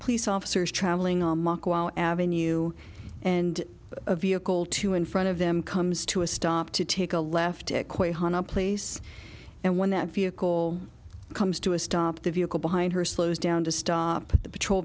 police officers traveling in you and a vehicle two in front of them comes to a stop to take a left to quote place and when that vehicle comes to a stop the vehicle behind her slows down to stop the patrol